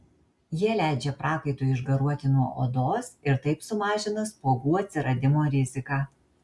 jie leidžia prakaitui išgaruoti nuo odos ir taip sumažina spuogų atsiradimo riziką